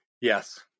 Yes